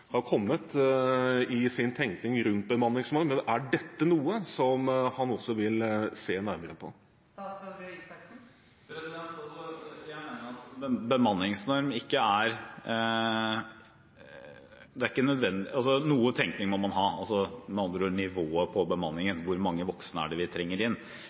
har kommet i sin tenkning rundt bemanningsnorm, men er dette noe som han også vil se nærmere på? Noe tenkning må man ha om nivået på bemanningen, om hvor mange voksne vi trenger, men jeg mener at regjeringen har en klar og tydelig målsetting og ambisjon – 2020. Det er for øvrig den samme som den forrige regjeringen hadde. Det